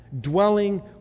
dwelling